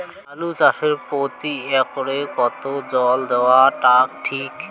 আলু চাষে প্রতি একরে কতো জল দেওয়া টা ঠিক?